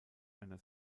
einer